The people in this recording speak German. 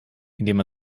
indem